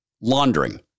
laundering